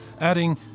adding